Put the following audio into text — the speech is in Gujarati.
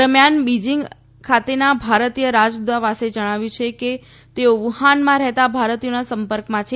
દરમિયાન બીજીંગ ખાતેના ભારતીય રાજદ્દતાવાસે જણાવ્યું છે કે તેઓ વુહાનમાં રહેતા ભારતીયોના સંપર્કમાં છે